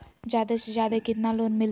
जादे से जादे कितना लोन मिलते?